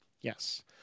Yes